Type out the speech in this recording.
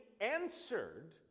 answered